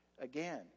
Again